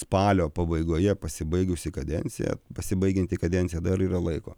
spalio pabaigoje pasibaigusi kadencija pasibaigianti kadencija dar yra laiko